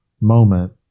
moment